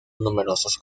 numerosos